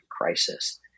crisis